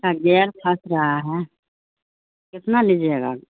gear پھنس رہا ہے کتنا لیجیے گا